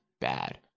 bad